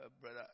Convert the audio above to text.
Brother